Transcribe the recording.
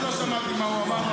אני לא שמעתי מה הוא אמר,